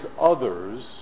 others